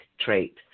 trait